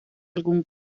algún